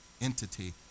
entity